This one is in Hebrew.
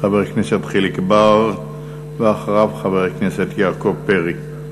חבר הכנסת חיליק בר, ואחריו, חבר הכנסת יעקב פרי.